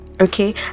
okay